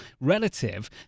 Relative